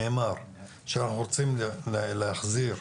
נאמר שאנחנו רוצים להחזיר,